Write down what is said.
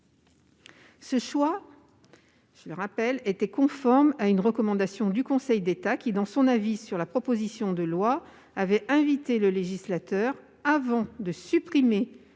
ce choix était conforme à une recommandation du Conseil d'État, qui, dans son avis sur la proposition de loi, avait invité le législateur, avant de supprimer